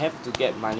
have to get money